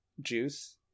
Juice